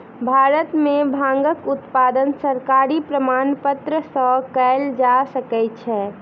भारत में भांगक उत्पादन सरकारी प्रमाणपत्र सॅ कयल जा सकै छै